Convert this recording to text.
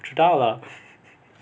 知道了